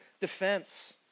defense